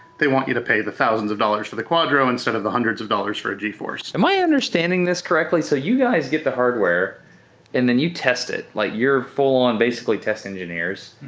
they want you to pay the thousands of dollars for the quadro instead of the hundreds of dollars for a geforce. am i understanding this correctly? so you guys get the hardware and then you test it. like you're full-on basically test engineers.